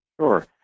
Sure